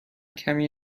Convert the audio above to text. کمی